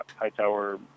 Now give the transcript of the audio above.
Hightower